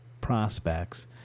prospects